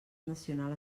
nacional